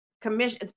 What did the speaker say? commission